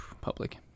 public